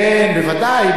כן, בוודאי.